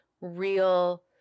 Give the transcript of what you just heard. real